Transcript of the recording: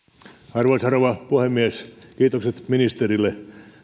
arvoisa rouva puhemies kiitokset ministerille